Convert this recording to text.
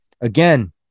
Again